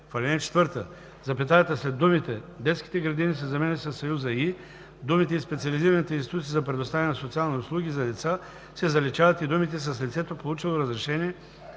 в) в ал. 4 запетаята след думите „детските градини“ се заменя със съюза „и“, думите „и специализираните институции за предоставяне на социални услуги за деца“ се заличават и думите „с лицето, получило разрешение,